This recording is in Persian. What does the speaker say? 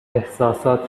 احساسات